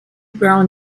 brown